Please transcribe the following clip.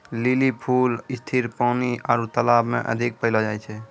lily फूल स्थिर पानी आरु तालाब मे अधिक पैलो जाय छै